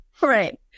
Right